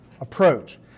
approach